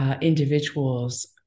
individuals